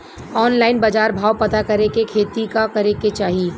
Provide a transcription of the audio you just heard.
Online बाजार भाव पता करे के खाती का करे के चाही?